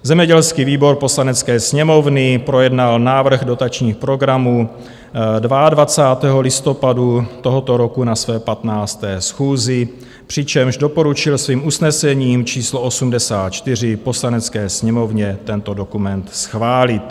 Zemědělský výbor Poslanecké sněmovny projednal návrh dotačních programů 22. listopadu tohoto roku na své 15. schůzi, přičemž doporučil svým usnesením číslo 84 Poslanecké sněmovně tento dokument schválit.